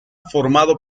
formado